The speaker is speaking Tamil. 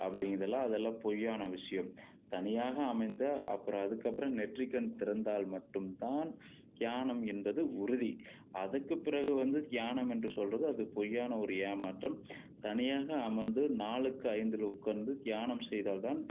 அப்படிங்கிறது எல்லாம் பொய்யான விஷயம் தனியாக அமைந்த அப்புறம் அதுக்கப்புறம் நெற்றிக்கண் திறந்தால் மட்டும் தான் தியானம் என்பது உறுதி அதுக்கு பிறகு வந்து தியானம் என்று சொல்கிறது அது பொய்யான ஒரு ஏமாற்றம் தனியாக அமர்ந்து நாலுக்கு ஐந்தில் உட்கார்ந்து தியானம் செய்தால் தான்